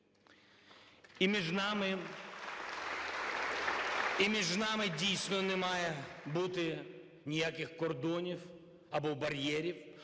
І між нами, дійсно, не має бути ніяких кордонів або бар'єрів.